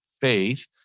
faith